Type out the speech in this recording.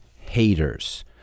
haters